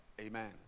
Amen